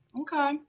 Okay